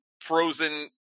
frozen